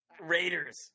Raiders